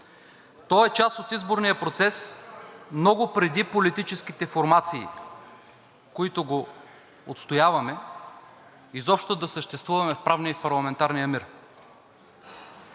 То е част от изборния процес много преди политическите формации, които го отстояваме, изобщо да съществуваме в правния и парламентарния мир.